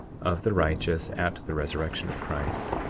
of the righteous, at the resurrection of christ,